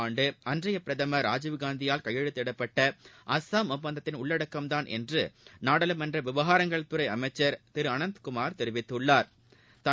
ஆண்டு அன்றைய பிரதமர் ராஜீவ்காந்தியால் கையெழுதிடப்பட்ட அஸ்ஸாம் ஒப்பந்தத்தின் உள்ளடக்கம்தான் என்று நாடாளுமன்ற விவகாரங்கள் துறை அமைச்சர் திரு அனந்த்குமார் தெரிவித்துள்ளா்